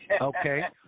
Okay